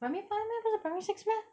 primary five meh 不是 primary six meh